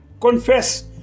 confess